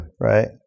Right